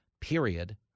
period